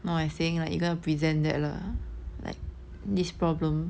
no I saying like you gonna present that lah like this problem